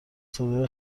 صدای